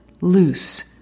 loose